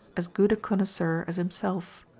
as good a connoisseur as himself.